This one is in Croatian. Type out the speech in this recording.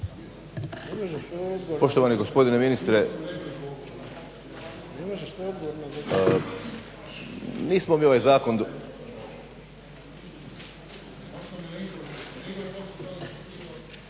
Poštovani gospodine ministre nismo mi ovaj zakon